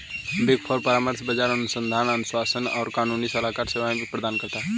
big four परामर्श, बाजार अनुसंधान, आश्वासन और कानूनी सलाहकार सेवाएं भी प्रदान करता है